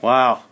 Wow